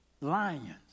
Lions